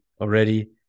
already